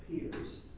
Appears